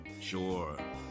Sure